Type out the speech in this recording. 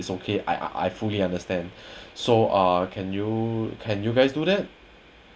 is okay I I I fully understand so uh can you can you guys do that